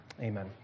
Amen